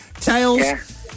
Tails